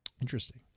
Interesting